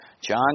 John